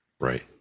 Right